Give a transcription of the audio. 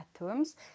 atoms